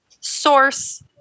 source